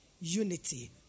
unity